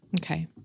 Okay